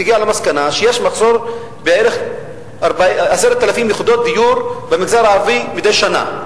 הגיעה למסקנה שיש מחסור בערך ב-10,000 יחידות דיור במגזר הערבי מדי שנה,